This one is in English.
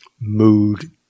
mood